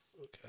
Okay